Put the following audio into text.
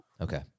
Okay